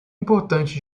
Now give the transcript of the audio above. importante